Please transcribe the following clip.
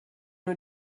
nur